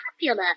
popular